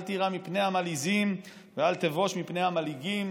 אל תירא מפני המלעיזים ואל תבוש מפני המלעיגים.